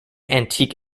antique